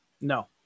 no